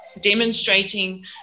demonstrating